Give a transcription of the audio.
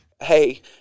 Hey